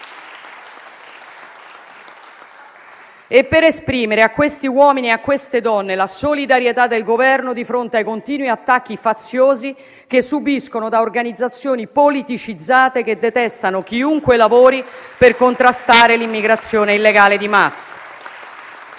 e per esprimere a quegli uomini e a quelle donne la solidarietà del Governo di fronte ai continui attacchi faziosi che subiscono da organizzazioni politicizzate che detestano chiunque lavori per contrastare l'immigrazione illegale di massa.